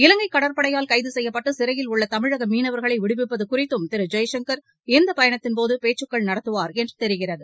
இலங்கை கடற்படையால் கைது செய்யப்பட்டு சிறையில் உள்ள மீனவர்களை விடுவிப்பது தமிழக குறித்தும் திரு ஜெய்சங்கர் இந்த பயணத்தின்போது பேச்சுகள் நடத்துவார் என்று தெரிகிறது